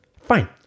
fine